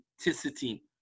authenticity